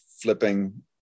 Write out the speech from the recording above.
flipping